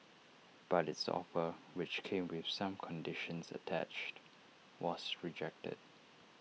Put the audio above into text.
but its offer which came with some conditions attached was rejected